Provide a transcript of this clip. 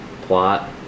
plot